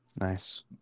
Nice